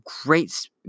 great